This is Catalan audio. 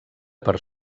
per